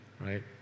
Right